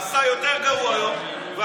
עשה יותר גרוע היום.